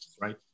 right